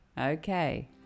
okay